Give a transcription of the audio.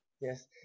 Yes